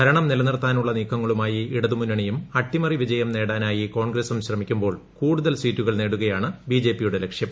ഭരണം നിലനിർത്താനുള്ള നീക്കങ്ങളുമായി ഇടതുമുന്നണിയും അട്ടിമറി വിജയം നേടാനായി കോൺഗ്രസും ശ്രമിക്കുമ്പോൾ കൂടുതൽ സീറ്റുകൾ നേടുകയാണ് ബിജെപിയുടെ ലക്ഷ്യം